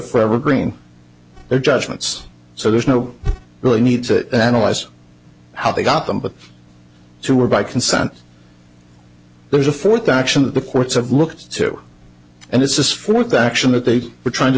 forever green their judgments so there's no really need to analyze how they got them but two were by consent there's a fourth action that the courts have looked to and it's this fourth action that they were trying to